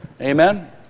Amen